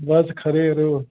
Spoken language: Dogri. बस खरे यरो